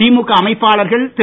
திமுக அமைப்பாளர்கள் திரு